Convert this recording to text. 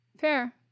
Fair